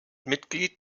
mitglied